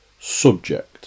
subject